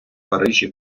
парижі